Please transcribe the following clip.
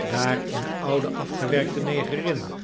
daar eene oude afgewerkte negerin